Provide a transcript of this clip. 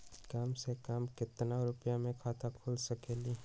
कम से कम केतना रुपया में खाता खुल सकेली?